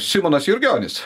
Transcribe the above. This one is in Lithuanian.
simonas jurgionis